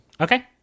Okay